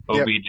OBJ